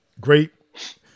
great